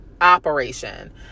operation